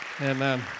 Amen